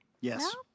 Yes